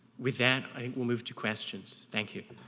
with that, i will move to questions. thank you.